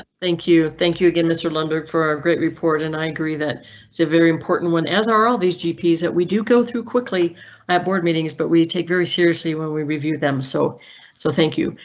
thank you. thank you again. mr lundberg, for our great report and i agree that is so very important one as are all these gps that we do go through quickly at board meetings. but we take very seriously when we review them so so thank you,